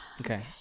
Okay